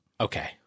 Okay